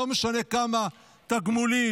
לא משנה כמה תגמולים,